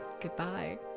goodbye